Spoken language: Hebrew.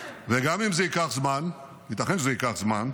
וגם אם זה ייקח זמן, ייתכן שזה ייקח זמן,